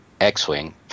X-Wing –